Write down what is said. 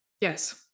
Yes